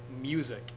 Music